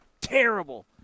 terrible